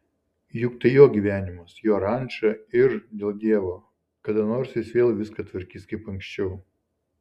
juk tai jo gyvenimas jo ranča ir dėl dievo kada nors jis vėl viską tvarkys kaip anksčiau